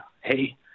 hey